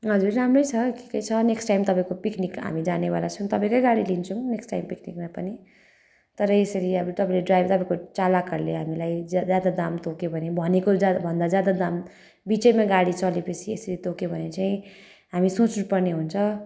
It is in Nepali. हजुर राम्रै छ ठिकै छ नेक्सट टाइम तपाईँको पिक्निक हामी जानेवाला छौँ तपाईँकै गाडी लिन्छौँ नेक्सट टाइम पिक्निकमा पनि तर यसरी अब तपाईँले ड्राइभरको चालकहरूले हामीलाई ज्यादा दाम तोक्यो भने भनेको ज्यादाभन्दा ज्यादा दाम बिचैमा गाडी चलेपछि यसरी तोक्यो भने चाहिँ हामीले सोच्नुपर्ने हुन्छ